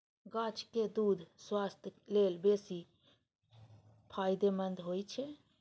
गाछक दूछ स्वास्थ्य लेल बेसी फायदेमंद होइ छै